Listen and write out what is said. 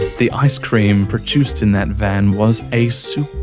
the ice cream produced in that van was a so